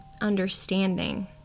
understanding